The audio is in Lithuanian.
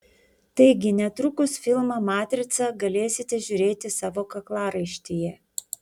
taigi netrukus filmą matrica galėsite žiūrėti savo kaklaraištyje